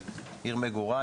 עיר מגוריי,